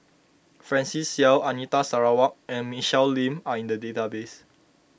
Francis Seow Anita Sarawak and Michelle Lim are in the database